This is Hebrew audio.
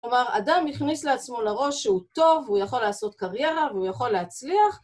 כלומר, אדם יכניס לעצמו לראש שהוא טוב, הוא יכול לעשות קריירה והוא יכול להצליח.